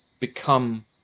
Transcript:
become